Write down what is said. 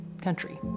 country